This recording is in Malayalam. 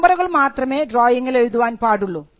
നമ്പറുകൾ മാത്രമേ ഡ്രോയിങിൽ എഴുതാൻ പാടുള്ളൂ